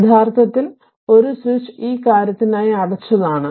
യഥാർത്ഥത്തിൽ ഒരു സ്വിച്ച് ഈ കാര്യത്തിനായി അടച്ചതാണ്